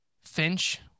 Finch